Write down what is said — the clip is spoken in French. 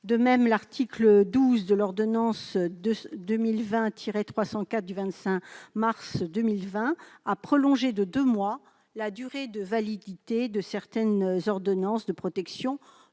urgence. L'article 12 de l'ordonnance n° 2020-304 du 25 mars 2020 a prolongé de deux mois la durée de validité de certaines ordonnances de protection